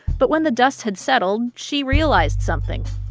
but when the dust had settled, she realized something